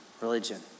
religion